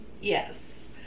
Yes